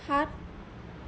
সাত